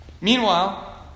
Meanwhile